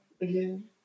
Again